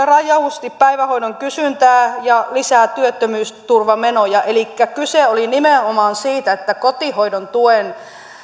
rajusti päivähoidon kysyntää ja lisännyt työttömyysturvamenoja elikkä kyse oli nimenomaan siitä että kotihoidon tuen